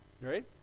Right